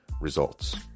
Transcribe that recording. results